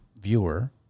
viewer